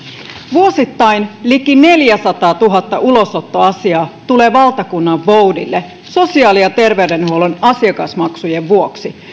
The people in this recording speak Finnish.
vuosittain liki neljäsataatuhatta ulosottoasiaa tulee valtakunnanvoudille sosiaali ja terveydenhuollon asiakasmaksujen vuoksi